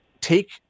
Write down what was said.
take